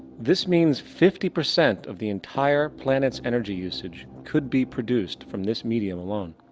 this means fifty percent of the entire planet's energy usage could be produced from this medium alone.